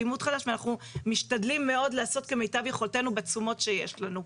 לימוד חדש ואנחנו משתדלים מאוד לעשות כמיטב יכולתנו בתשומות שיש לנו.